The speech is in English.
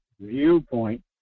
viewpoint